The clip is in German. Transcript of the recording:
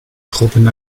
truppen